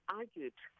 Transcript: argued